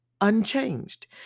unchanged